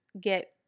get